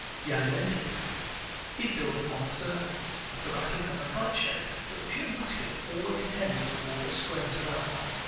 the alimentive is built upon the circle, the thoracic on the kite-shape but the pure muscular always tends toward a squareness of outline.